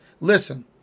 listen